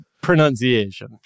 pronunciation